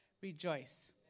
rejoice